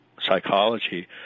psychology